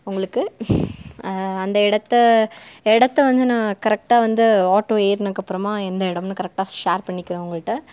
உங்களுக்கு அந்த இடத்த இடத்த வந்து நான் கரெக்டாக வந்து ஆட்டோ ஏறுனதுக்கு அப்புறமா எந்த இடம்னு கரெக்டாக ஷேர் பண்ணிக்கிறேன் உங்கள்கிட்ட